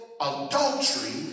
adultery